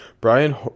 Brian